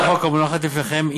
הצעת החוק המונחת לפניכם,